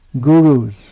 gurus